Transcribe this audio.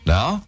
Now